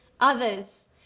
others